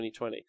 2020